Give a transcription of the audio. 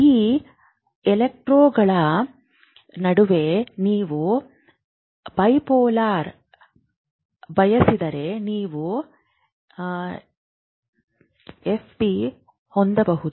ಈ ಎಲೆಕ್ಟ್ರೋಗಳ ನಡುವೆ ನೀವು ಬೈಪೋಲಾರ್ ಬಯಸಿದರೆ ನೀವು ಎಫ್ಪಿ ಹೊಂದಬಹುದು